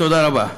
תודה רבה.